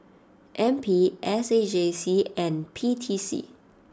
N P S A J C and P T C